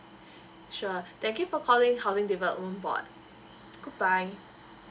sure thank you for calling housing development board goodbye